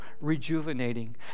rejuvenating